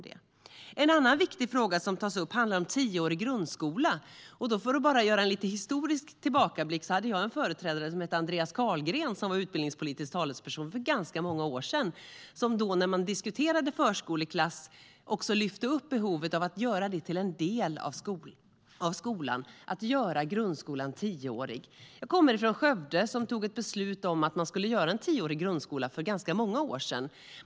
En annan viktig fråga som tas upp handlar om tioårig grundskola. Bara för att göra en historisk tillbakablick hade jag en företrädare, Andreas Carlgren, som var utbildningspolitisk talesperson för ganska många år sedan. När man då diskuterade förskoleklass lyfte han upp behovet av att göra den till en del av skolan, att göra grundskolan tioårig. Jag kommer från Skövde, där man för ganska många år sedan tog ett beslut om att göra grundskolan tioårig.